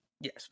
Yes